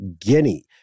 Guinea